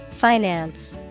finance